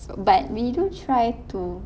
but we do try to